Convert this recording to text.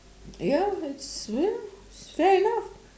ya it's ya fair enough